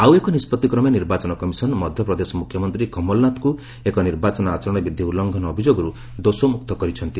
ଆଉ ଏକ ନିଷ୍ପଭି କ୍ରମେ ନିର୍ବାଚନ କମିଶନ ମଧ୍ୟପ୍ରଦେଶ ମୁଖ୍ୟମନ୍ତ୍ରୀ କମଳନାଥଙ୍କୁ ଏକ ନିର୍ବାଚନ ଆଚରଣ ବିଧି ଉଲ୍ଲୁଘନ ଅଭିଯୋଗରୁ ଦୋଷମୁକ୍ତ କରିଛନ୍ତି